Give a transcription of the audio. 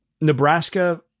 Nebraska